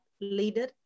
leader